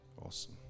Awesome